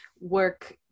work